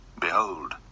behold